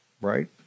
right